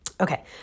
Okay